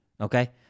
Okay